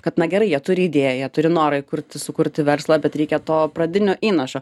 kad na gerai jie turi idėją turi norą įkurti sukurti verslą bet reikia to pradinio įnašo